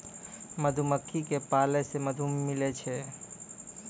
मधुमक्खी क पालै से मधु मिलै छै